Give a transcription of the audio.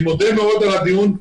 אני מודה מאוד על הדיון.